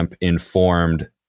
informed